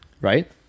right